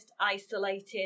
isolated